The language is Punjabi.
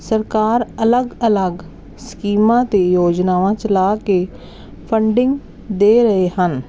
ਸਰਕਾਰ ਅਲੱਗ ਅਲੱਗ ਸਕੀਮਾਂ ਅਤੇ ਯੋਜਨਾਵਾਂ ਚਲਾ ਕੇ ਫੰਡਿੰਗ ਦੇ ਰਹੇ ਹਨ